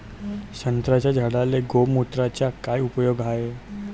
संत्र्याच्या झाडांले गोमूत्राचा काय उपयोग हाये?